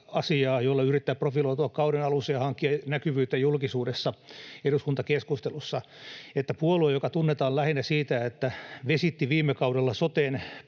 jolla yrittää profiloitua kauden alussa ja hankkia näkyvyyttä julkisuudessa eduskuntakeskustelussa. Puolue, joka tunnetaan lähinnä siitä, että vesitti viime kaudella soten